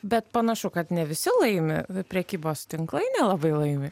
bet panašu kad ne visi laimi prekybos tinklai nelabai laimi